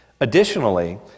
Additionally